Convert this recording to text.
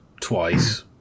twice